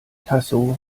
tasso